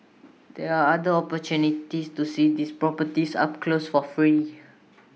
there are other opportunities to see these properties up close for free